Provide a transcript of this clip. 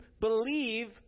believe